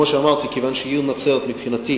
כמו שאמרתי, מכיוון שהעיר נצרת, מבחינתי,